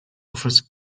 offers